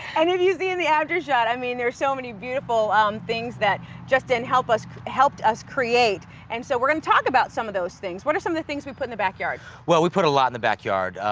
and you see in the after shot, i mean there are so many beautiful um things that justin helped us helped us create. and so, we're going to talk about some of those things. what are some of the things we put in the backyard? well, we put a lot in the backyard.